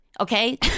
okay